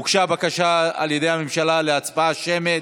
הוגשה בקשה על ידי הממשלה להצבעה שמית.